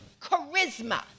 charisma